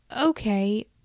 okay